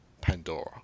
Pandora